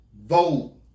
Vote